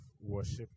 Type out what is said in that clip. worship